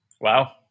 Wow